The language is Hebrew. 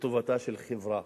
לטובתה של חברה.